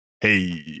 Hey